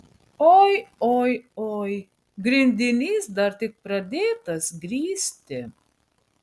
oi oi oi grindinys dar tik pradėtas grįsti